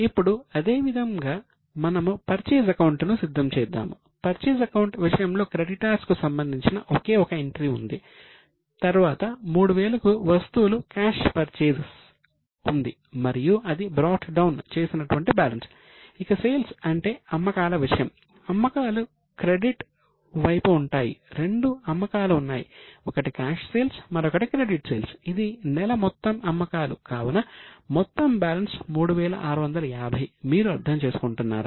ఇప్పుడు అదేవిధంగా మనము పర్చేజ్ అకౌంట్ ఇది నెల మొత్తం అమ్మకాలు కావున మొత్తం బ్యాలెన్స్ 3650 మీరు అర్థం చేసుకుంటున్నారా